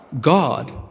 God